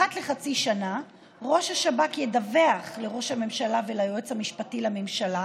אחת לחצי שנה ראש השב"כ ידווח לראש הממשלה וליועץ המשפטי לממשלה